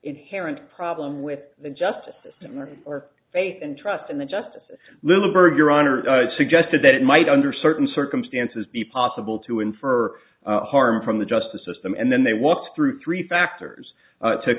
inherent problem with the justice system or faith and trust in the justice and liberty your honor suggested that it might under certain circumstances be possible to infer harm from the justice system and then they walked through three factors